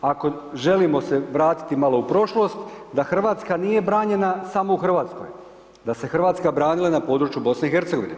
Ako želimo se vratiti malo u prošlost, da Hrvatska nije branjena samo u Hrvatskoj, da se Hrvatska branila i na području BIH.